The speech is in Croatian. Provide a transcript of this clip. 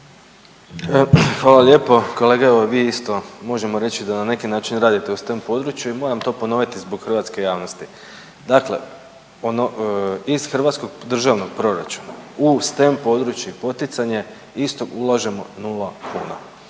Hvala lijepo. Kolega, evo, vi isto možemo reći da na neki način radite u STEM području i moram to ponoviti zbog hrvatske javnosti. Dakle, ono iz hrvatskog državnog proračuna u STEM područje i poticanje istog, ulažemo 0 kuna,